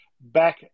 back